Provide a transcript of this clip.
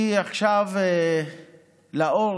שהוציא עכשיו לאור,